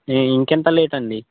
ఇంకెంత లేటండి